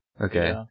Okay